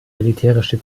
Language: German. militärische